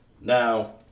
Now